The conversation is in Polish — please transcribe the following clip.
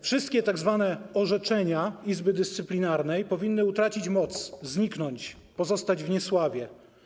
Wszystkie tzw. orzeczenia Izby Dyscyplinarnej powinny utracić moc, zniknąć, pozostać w niesławie.